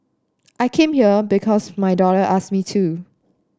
I came here because my daughter asked me to